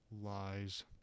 Lies